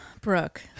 Brooke